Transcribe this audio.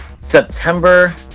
September